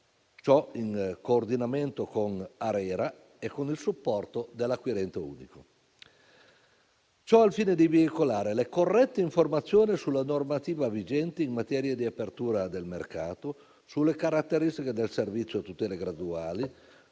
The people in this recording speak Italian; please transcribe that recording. reti e ambiente (ARERA) e con il supporto dell'acquirente unico. Ciò al fine di veicolare le corrette informazioni sulla normativa vigente in materia di apertura del mercato, sulle caratteristiche del servizio a tutele graduali,